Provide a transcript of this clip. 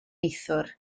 neithiwr